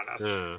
honest